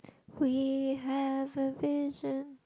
we have a vision